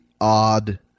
odd